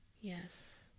Yes